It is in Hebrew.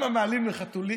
מה אני עונה לו?